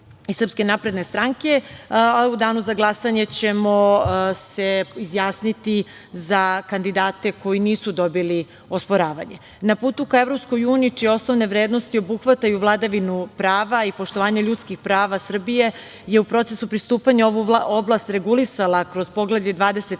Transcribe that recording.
od kolege iz SNS. U danu za glasanje ćemo se izjasniti za kandidate koji nisu dobili osporavanje. Na putu ka EU, čije osnovne vrednosti obuhvataju vladavinu prava i poštovanje ljudskih prava, Srbija je u procesu pristupanja ovu oblast regulisala kroz Poglavlje 23